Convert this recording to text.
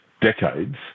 decades